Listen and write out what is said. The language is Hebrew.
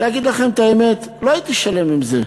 להגיד לכם את האמת, לא הייתי שלם עם זה,